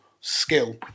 skill